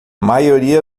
maioria